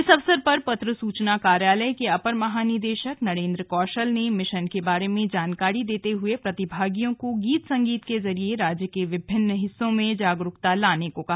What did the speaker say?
इस अवसर पर पत्र सूचना कार्यालय के अपर महानिदेशक नरेंद्र कौशल ने मिशन के बारे में जानकारी देते हुए प्रतिभागियों को गीत संगीत के जरिए राज्य के विभिन्न हिस्सों में जागरूकता लाने को कहा